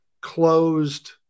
closed